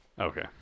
Okay